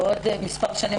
בעוד מספר שנים,